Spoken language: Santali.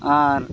ᱟᱨ